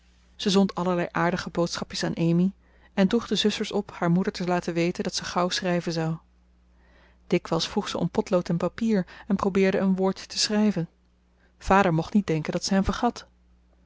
zij zond allerlei aardige boodschapjes aan amy en droeg de zusters op haar moeder te laten weten dat ze gauw schrijven zou dikwijls vroeg zij om potlood en papier en probeerde een woordje te schrijven vader mocht niet denken dat zij hem vergat